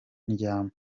ndyama